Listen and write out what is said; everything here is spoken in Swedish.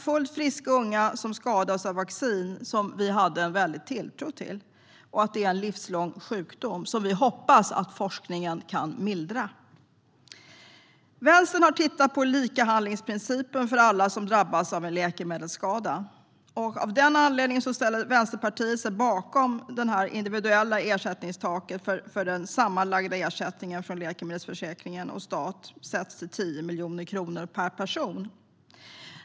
Fullt friska unga har skadats av vaccin som vi hade stor tilltro till, och det är en livslång sjukdom som vi hoppas att forskningen kan mildra. Vänstern har tittat på likabehandlingsprincipen för alla som drabbas av en läkemedelsskada. Av den anledningen ställer sig Vänsterpartiet bakom att det individuella ersättningstaket för den sammanlagda ersättningen från läkemedelsförsäkringen och staten sätts till 10 miljoner kronor per person.